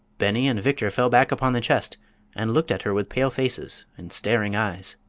beni and victor fell back upon the chest and looked at her with pale faces and staring eyes.